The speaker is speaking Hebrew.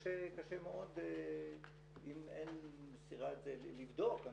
קשה מאוד אם היא מסתירה את זה, לבדוק.